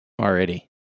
already